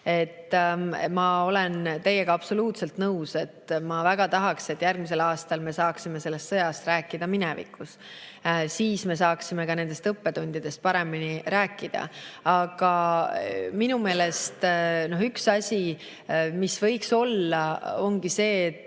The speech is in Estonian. Ma olen teiega absoluutselt nõus. Ma väga tahaksin, et järgmisel aastal me saaksime sellest sõjast rääkida minevikus, siis me saaksime ka nendest õppetundidest paremini rääkida. Aga minu meelest üks asi, mis võiks olla, ongi see, et